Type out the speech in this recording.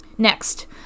next